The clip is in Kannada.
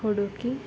ಹುಡುಕಿ